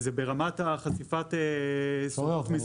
החברות לוקחות מרווח